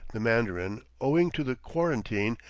the mandarin, owing to the quarantine,